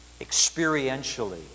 experientially